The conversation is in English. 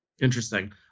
Interesting